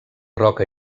roca